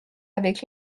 avec